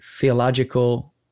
theological